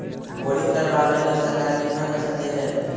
Boring करबाबे ल सरकार केतना पैसा दे है?